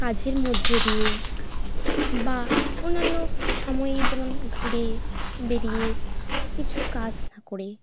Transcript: কাজের মধ্য দিয়ে বা অন্যান্য সময়ে যেমন ঘুরে বেড়িয়ে কিছু কাজ না করে